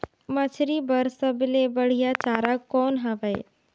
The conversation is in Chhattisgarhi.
मछरी बर सबले बढ़िया चारा कौन हवय?